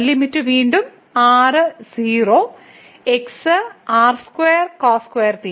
limit വീണ്ടും r 0 x r2cos2θ y r